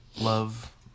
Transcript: love